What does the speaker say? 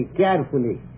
carefully